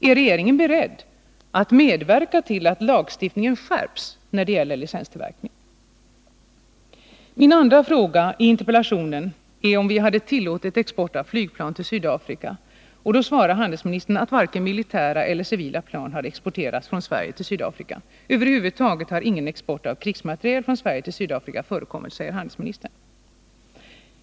Är regeringen beredd att medverka till att lagstiftningen skärps när det gäller licenstillverkning? Min andra fråga i interpellationen är om vi har tillåtit export av flygplan till Sydafrika. Handelsministern svarar att varken militära eller civila plan har exporterats från Sverige till Sydafrika. Över huvud taget har ingen export av krigsmateriel från Sverige till Sydafrika förekommit, säger handelsministern.